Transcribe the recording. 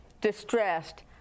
distressed